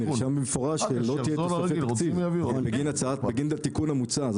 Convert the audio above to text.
נרשם במפורש שלא תהיה תוספת תקציב בגין התיקון המוצע.